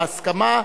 בהסכמה,